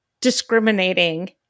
discriminating